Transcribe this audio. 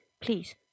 Please